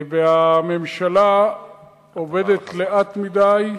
והממשלה עובדת לאט מדי,